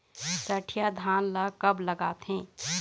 सठिया धान ला कब लगाथें?